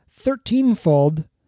thirteenfold